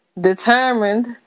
determined